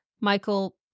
Michael